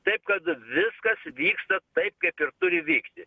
taip kad viskas vyksta taip kaip ir turi vykti